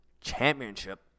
championship